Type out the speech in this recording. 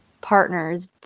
partners